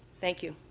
thank you.